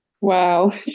Wow